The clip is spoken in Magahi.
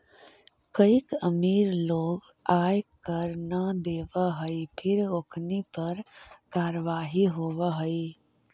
कईक अमीर लोग आय कर न देवऽ हई फिर ओखनी पर कारवाही होवऽ हइ